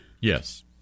Yes